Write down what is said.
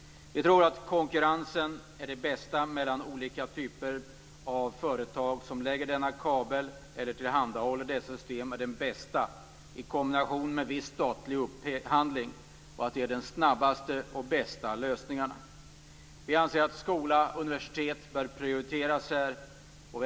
Vi tror att det bästa är konkurrens mellan olika typer av företag som lägger denna kabel eller tillhandahåller dessa system; detta i kombination med viss statlig upphandling. Vi tror att det är de snabbaste och bästa lösningarna. Vi anser att skola/universitet bör prioriteras här.